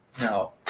no